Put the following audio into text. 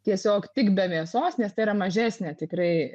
tiesiog tik be mėsos nes tai yra mažesnė tikrai